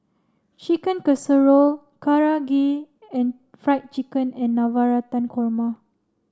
Chicken Casserole Karaage and Fried Chicken and Navratan Korma